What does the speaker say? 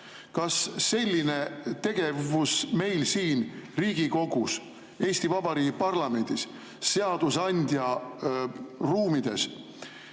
Kas selline tegevus meil siin Riigikogus, Eesti Vabariigi parlamendis, seadusandja ruumides